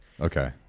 okay